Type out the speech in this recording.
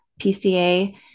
PCA